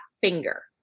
finger